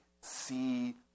see